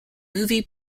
movie